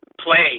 play